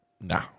no